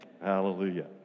Hallelujah